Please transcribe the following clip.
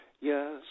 yes